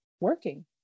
working